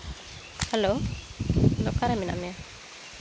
hello ᱚᱠᱟᱨᱮ ᱢᱮᱱᱟᱜ ᱢᱮᱭᱟ